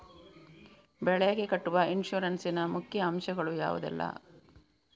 ಬೆಳೆಗೆ ಕಟ್ಟುವ ಇನ್ಸೂರೆನ್ಸ್ ನ ಮುಖ್ಯ ಅಂಶ ಗಳು ಯಾವುದೆಲ್ಲ?